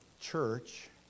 church